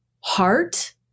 heart